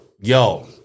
yo